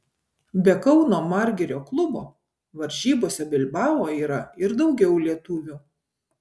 be kauno margirio klubo varžybose bilbao yra ir daugiau lietuvių